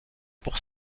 pour